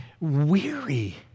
Weary